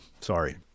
Sorry